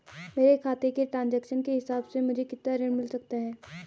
मेरे खाते के ट्रान्ज़ैक्शन के हिसाब से मुझे कितना ऋण मिल सकता है?